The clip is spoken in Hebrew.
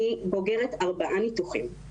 אני בוגרת ארבעה ניתוחים,